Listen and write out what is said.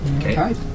Okay